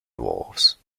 dwarfs